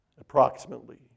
Approximately